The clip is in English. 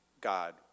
God